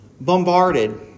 bombarded